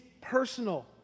personal